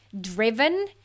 driven